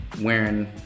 wearing